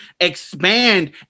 expand